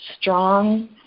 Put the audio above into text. strong